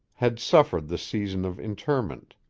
had suffered the season of interment.